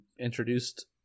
introduced